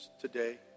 today